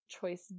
choice